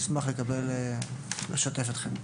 נשמח לקבל אותן ולשתף אתכם.